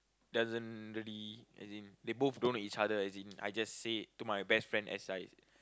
doesn't really as in they both don't know each other as in I just say it to my best friend as I